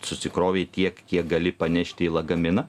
susikrovei tiek kiek gali panešti į lagaminą